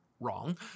wrong